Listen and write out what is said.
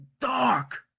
dark